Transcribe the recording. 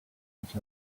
each